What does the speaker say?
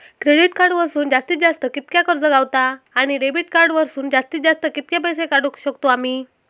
Credit card वरसून जास्तीत जास्त कितक्या कर्ज गावता, आणि डेबिट कार्ड वरसून जास्तीत जास्त कितके पैसे काढुक शकतू आम्ही?